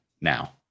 Now